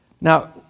Now